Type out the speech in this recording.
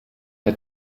t’a